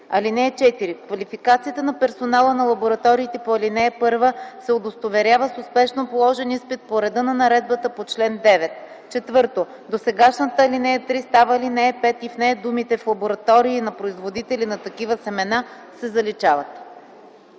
ал. 4: „(4) Квалификацията на персонала на лабораториите по ал. 1 се удостоверява с успешно положени изпит по реда на наредбата по чл. 9.” 4. Досегашната ал. 3 става ал. 5 и в нея думите „в лаборатории на производители на такива семена” се заличават.”